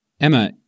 Emma